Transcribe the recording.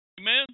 amen